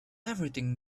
everything